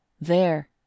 There